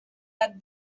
gat